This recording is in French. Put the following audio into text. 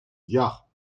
diard